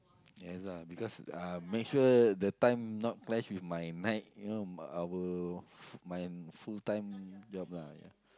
yes lah because uh make sure the time not clash with my night you know my our mine full time job lah ya